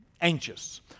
anxious